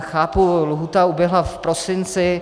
Chápu, lhůta uběhla v prosinci.